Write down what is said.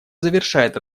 завершает